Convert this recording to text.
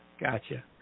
Gotcha